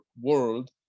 world